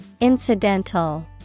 Incidental